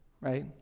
right